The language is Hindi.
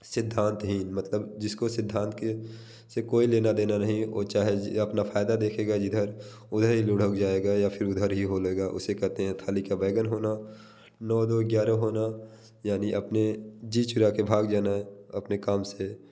सिद्धांतहीन मतलब जिसको सिद्धांत के से कोई लेना देना नहीं वह चाहे अपना फ़ायदा देखेगा जिधर उधर ही लुढ़क जाएगा या फिर उधर ही हो लेगा उसे कहते हैं थाली का बैगन होना नौ दौ ग्यारह होना यानि अपने जी चुरा कर भाग जाना अपने काम से